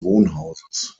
wohnhauses